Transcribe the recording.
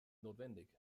notwendig